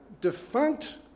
defunct